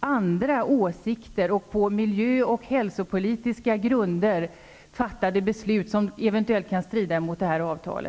andra åsikter och att på miljö och hälsopolitiska grunder fatta beslut som eventuellt kan strida mot detta avtal.